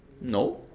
no